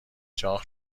چاق